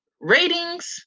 ratings